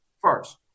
first